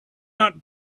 not